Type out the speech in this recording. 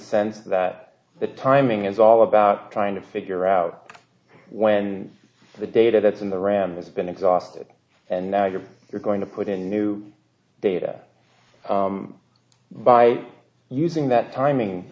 sense that the timing is all about trying to figure out when the data that's in the rand has been exhausted and now you're you're going to put in the new data by using that timing